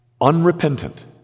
unrepentant